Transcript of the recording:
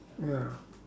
well